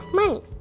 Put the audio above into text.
money